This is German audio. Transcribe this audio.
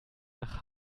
nach